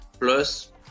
plus